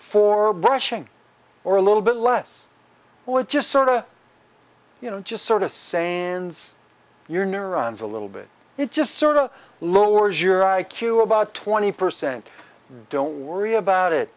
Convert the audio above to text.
for brushing or a little bit less well it just sort of you know just sort of saying it's your neurons a little bit it just sort of lowers your i q about twenty percent don't worry about it